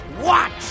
watch